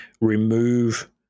remove